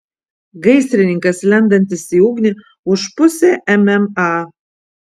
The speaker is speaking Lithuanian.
gaisrininkas lendantis į ugnį už pusę mma